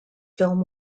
film